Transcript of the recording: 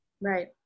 Right